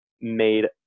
made